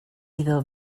iddo